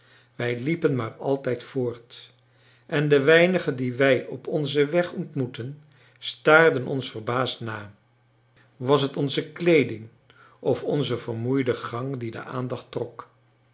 wij liepen maar altijd voort en de weinigen die wij op onzen weg ontmoetten staarden ons verbaasd na was het onze kleeding of onze vermoeide gang die de aandacht trok